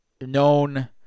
known